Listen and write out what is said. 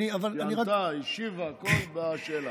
היא ענתה, השיבה, הכול, בשאלה.